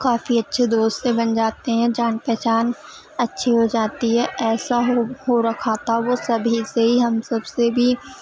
کافی اچھے دوست بن جاتے ہیں جان پہچان اچھی ہو جاتی ہے ایسا ہو ہو رکھا تھا وہ وہ سبھی سے ہی ہم سب سے بھی